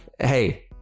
Hey